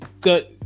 Good